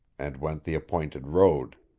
and went the appointed road.